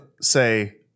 say